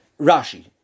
Rashi